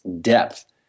depth